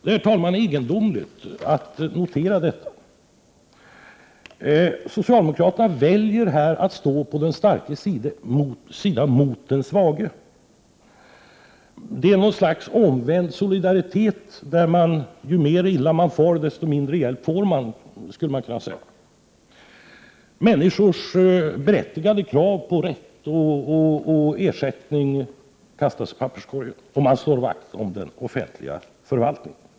Det är egendomligt. Socialdemokraterna väljer att stå på den starkes sida mot den svage. Det är något slags omvänd solidaritet, där man, ju mer illa man far, får desto mindre hjälp. Enskilda människors berättigade krav på rätt och ersättning kastas i papperkorgen, och man slår vakt om den offentliga förvaltningen.